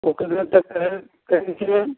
वह कितने तक कि है कै इंची ले